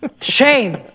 Shame